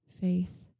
faith